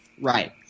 Right